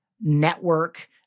network